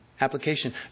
Application